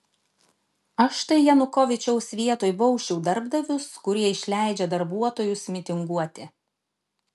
aš tai janukovyčiaus vietoj bausčiau darbdavius kurie išleidžia darbuotojus mitinguoti